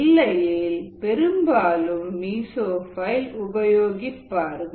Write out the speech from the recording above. இல்லையேல் பெரும்பாலும் மீசோஃபைல் உபயோகிப்பார்கள்